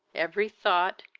every thought,